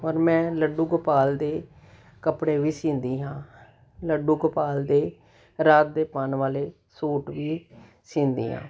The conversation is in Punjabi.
ਔਰ ਮੈਂ ਲੱਡੂ ਗੋਪਾਲ ਦੇ ਕੱਪੜੇ ਵੀ ਸਿਉਂਦੀ ਹਾਂ ਲੱਡੂ ਗੋਪਾਲ ਦੇ ਰਾਤ ਦੇ ਪਾਉਣ ਵਾਲੇ ਸੂਟ ਵੀ ਸਿਉਂਦੀ ਹਾਂ